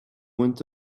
went